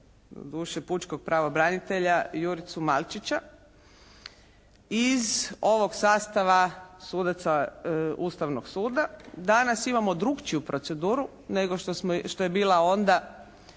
doduše pučkog pravobranitelja Juricu Malčića iz ovog sastava sudaca Ustavnog suda. Danas imamo drukčiju proceduru nego što smo, što je bila onda